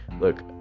Look